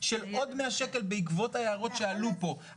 של עוד 100 שקל בעקבות ההערות שעלו פה.